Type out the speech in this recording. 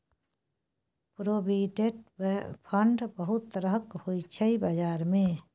provident fund बहुत तरहक होइ छै बजार मे